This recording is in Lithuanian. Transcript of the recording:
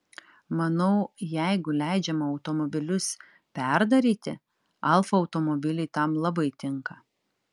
manau jeigu leidžiama automobilius perdaryti alfa automobiliai tam labai tinka